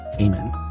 Amen